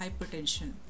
hypertension